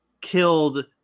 killed